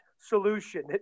solution